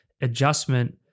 adjustment